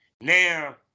Now